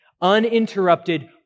Uninterrupted